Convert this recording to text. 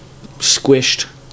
squished